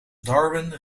darwin